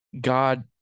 God